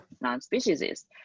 non-speciesist